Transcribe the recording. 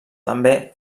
també